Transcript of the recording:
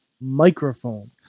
microphone